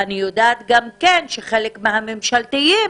אני יודעת גם כן שחלק מהממשלתיים